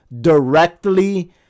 directly